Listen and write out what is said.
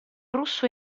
russo